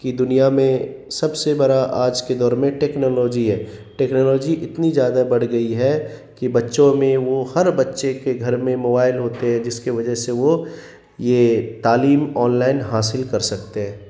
کی دنیا میں سب سے بڑا آج کے دور میں ٹیکنالوجی ہے ٹیکنالوجی اتنی زیادہ بڑھ گئی ہے کہ بچوں میں وہ ہر بچے کے گھر میں موبائل ہوتے ہیں جس کے وجہ سے وہ یہ تعلیم آنلائن حاصل کر سکتے ہیں